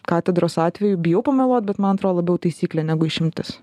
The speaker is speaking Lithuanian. katedros atveju bijau pameluot bet man atrodo labiau taisyklė negu išimtis